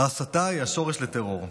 ההסתה היא השורש לטרור.